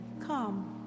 come